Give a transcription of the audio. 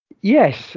Yes